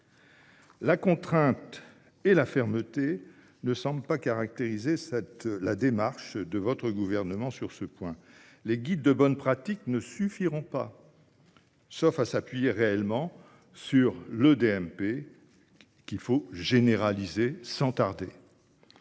La contrainte et la fermeté ne semblent pas caractériser la démarche de votre gouvernement sur ce point : les guides de bonne pratique ne suffiront pas, sauf à s’appuyer réellement sur le dossier médical partagé (DMP), qu’il faut généraliser sans tarder.